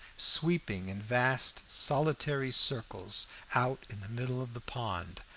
sweeping in vast solitary circles out in the middle of the pond,